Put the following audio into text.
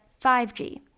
5G